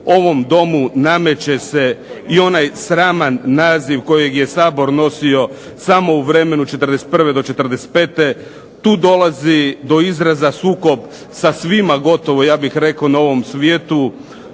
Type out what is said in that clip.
ovom Domu nameće se i onaj sraman naziv kojeg je Sabor nosio samo u vremenu '41. do '45. Tu dolazi do izraza sukob sa svima gotovo ja bih rekao na ovom svijetu